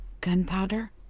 Gunpowder